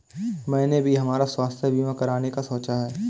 मैंने भी हमारा स्वास्थ्य बीमा कराने का सोचा है